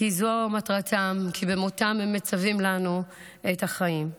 כי זו מטרתם, כי במותם הם מצווים לנו את החיים.